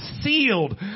sealed